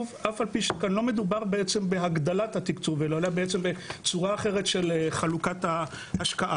אף על פי שכאן לא מדובר בהגדלת התקצוב אלא בצורה אחרת של חלוקת ההשקעה.